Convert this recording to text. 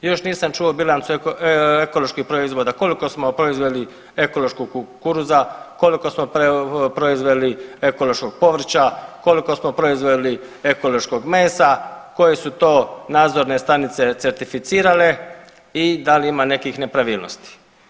Još nisam čuo ekoloških proizvoda, koliko smo proizveli ekološkog kukuruza, koliko samo proizveli ekološkog povrća, koliko smo proizveli ekološkog mesa, koje su to nadzorne stanice certificirale i da li ima nekih nepravilnosti.